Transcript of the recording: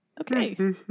Okay